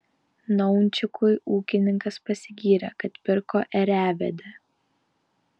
naunčikui ūkininkas pasigyrė kad pirko ėriavedę